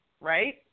right